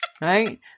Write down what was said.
Right